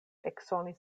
eksonis